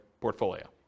portfolio